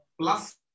plus